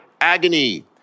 agony